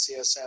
CSM